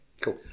Cool